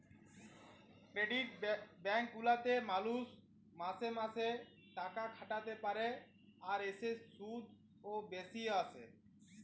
credit bank গুলাতে মালুষ মাসে মাসে তাকাখাটাতে পারে, আর এতে শুধ ও বেশি আসে